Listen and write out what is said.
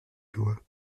doigt